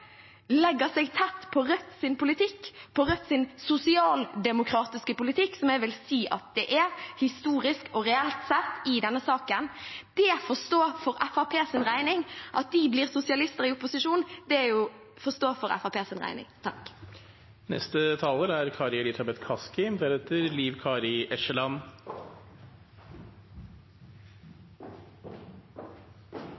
seg tett på Rødts politikk – på Rødts sosialdemokratiske politikk, som jeg vil si at det er i denne saken, historisk og reelt sett – får stå for Fremskrittspartiets regning. At de blir sosialister i opposisjon, får stå for Fremskrittspartiets regning. Det er